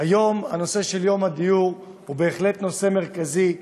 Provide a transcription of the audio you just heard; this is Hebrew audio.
נושא הדיור הוא בהחלט נושא מרכזי היום,